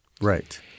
right